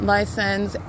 License